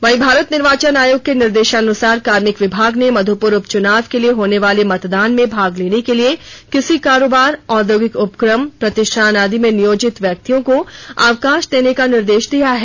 वहीं भारत निर्वाचन आयोग के निर्देशानुसार कार्मिक विभाग ने मध्यपूर उपच्नाव के लिए होने वाले मतदान में भाग लेने के लिए किसी कारोबार औद्योगिक उपक्रम प्रतिष्ठान आदि में नियोजित व्यक्तियों को अवकाश देने का निर्देश दिया है